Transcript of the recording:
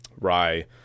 rye